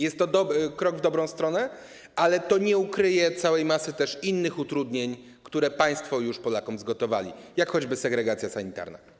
Jest to krok w dobrą stronę, ale to nie ukryje całej masy innych utrudnień, które państwo już Polakom zgotowali, takich jak choćby segregacja sanitarna.